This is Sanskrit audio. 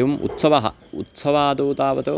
एवम् उत्सवः उत्सवाद तावत्